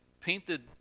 painted